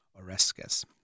Oreskes